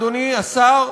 אדוני השר,